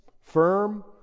firm